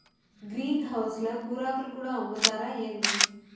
green house ల కూరాకులు కూడా అమ్ముతారా ఏంది